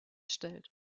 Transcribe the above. stellt